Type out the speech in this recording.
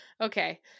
Okay